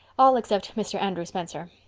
all except mr. andrew spencer.